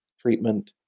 treatment